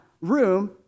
room